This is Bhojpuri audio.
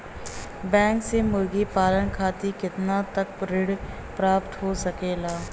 बैंक से मुर्गी पालन खातिर कितना तक ऋण प्राप्त हो सकेला?